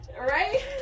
right